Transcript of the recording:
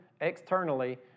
externally